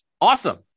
Awesome